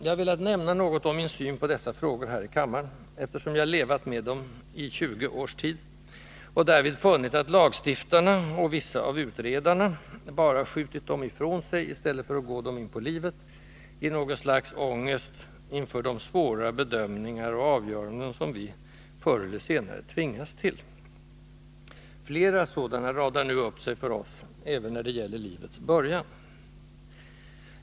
Jag har velat nämna något om min syn på dessa frågor här i kammaren, eftersom jag levat med dem i tjugo års tid och därvid funnit att lagstiftarna och vissa av utredarna bara skjutit dem ifrån sig i stället för att gå dem inpå livet, i något slags ångest inför de svåra bedömningar och avgöranden som vi — förr eller senare — tvingas till. Flera sådana radar f. ö. upp sig för oss även när det gäller livets början.